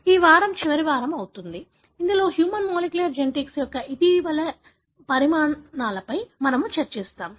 ఈ వారం చివరి వారంగా అవుతుంది ఇందులో హ్యూమన్ మాలిక్యూలర్ జెనెటిక్స్ యొక్క ఇటీవలి పరిణామాలపై మనము చర్చిస్తాము